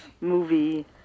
movie